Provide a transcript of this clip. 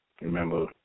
Remember